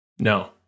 No